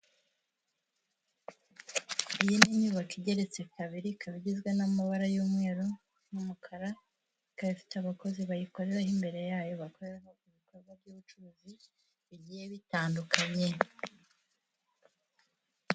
Iyi ni inyubako igeretse kabiri ikaba igizwe n'amabara y'umweru n'umukara, ikaba ifite abakozi bayikorera imbere yayo, bakoramo ibikorwa by'ubucuruzi, bigiye bitandukanye.